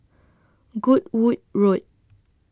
Goodwood Road